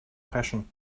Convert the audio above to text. passion